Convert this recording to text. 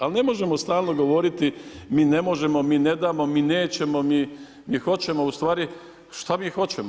Ali ne možemo stalno govoriti, mi ne možemo, mi ne damo, mi nećemo, mi hoćemo, a ustvari šta mi hoćemo?